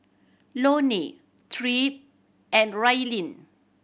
Loney Tripp and Raelynn